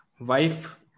wife